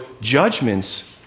judgments